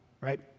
right